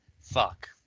fuck